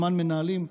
זמן מנהלים.